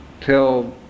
till